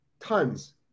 Tons